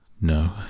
No